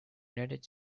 united